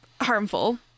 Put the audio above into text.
harmful